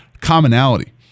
commonality